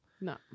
No